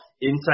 inside